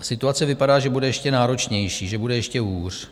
Situace vypadá, že bude ještě náročnější, že bude ještě hůř.